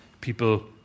people